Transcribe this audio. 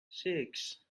six